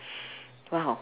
!wow!